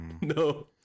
No